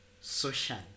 social